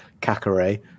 Kakare